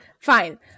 fine